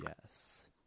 yes